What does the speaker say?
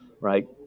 right